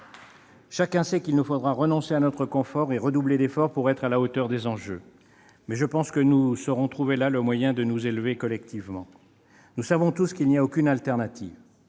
Chacun sait qu'il nous faudra renoncer à notre confort et redoubler d'efforts pour être à la hauteur des enjeux. Mais je pense que nous saurons trouver là le moyen de nous élever collectivement. Nous savons tous qu'il n'y a aucune alternative.